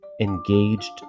engaged